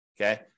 Okay